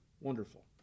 Wonderful